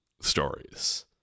stories